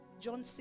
John